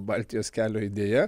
baltijos kelio idėja